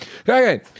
Okay